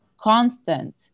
constant